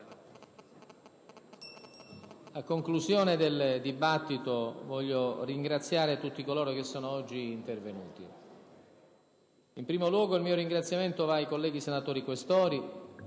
a conclusione del dibattito, voglio ringraziare tutti coloro che sono oggi intervenuti. In primo luogo, il ringraziamento va ai colleghi senatori Questori,